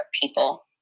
people